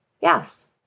Yes